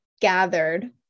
gathered